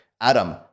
Adam